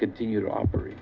continue to operate